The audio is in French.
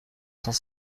cent